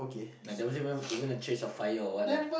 like there wasn't even even a church of fire or what lah